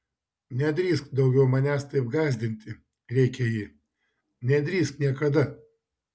nedrįsk daugiau manęs taip gąsdinti rėkė ji nedrįsk niekada